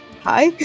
Hi